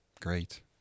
Great